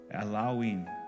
allowing